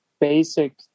basic